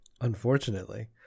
unfortunately